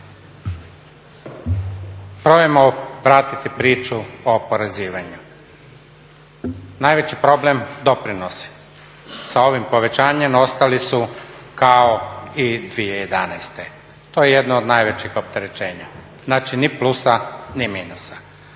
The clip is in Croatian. Probajmo pratiti priču o oporezivanjima. Najveći problem doprinosi, sa ovim povećanjem ostali su kao i 2011.to je jedno od najvećih opterećenja. Znači ni plusa ni minusa.